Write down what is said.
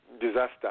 disaster